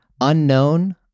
unknown